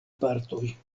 partoj